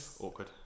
Awkward